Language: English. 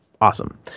awesome